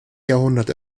jahrhundert